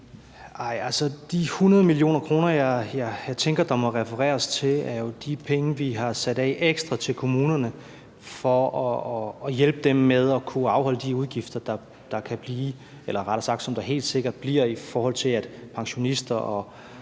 jeg tænker der må refereres til, er jo de penge, vi har sat af ekstra til kommunerne for at hjælpe dem med at kunne afholde de udgifter, som der helt sikkert bliver, i forhold til at pensionister og